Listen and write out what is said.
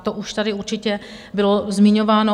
To už tady určitě bylo zmiňováno.